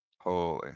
Holy